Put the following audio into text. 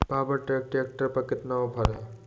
Power track tractor पर कितना offer है?